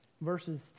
verses